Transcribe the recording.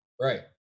Right